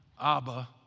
Abba